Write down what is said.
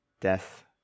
Death